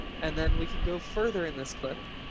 and then we can go further in this clip.